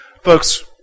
Folks